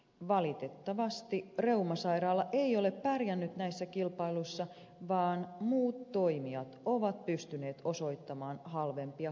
valitettavasti reumasairaala ei ole pärjännyt näissä kilpailuissa vaan muut toimijat ovat pystyneet osoittamaan halvempia kuntoutusvaihtoehtoja